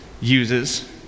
uses